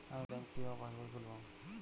আমি ব্যাঙ্ক কিভাবে পাশবই খুলব?